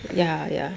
ya ya